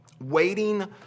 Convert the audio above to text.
Waiting